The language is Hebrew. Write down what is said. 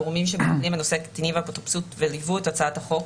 הגורמים שמטפלים בנושא קטינים ואפוטרופסות וליוו את הצעת החוק,